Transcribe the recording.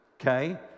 okay